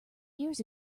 years